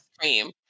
cream